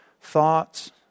thoughts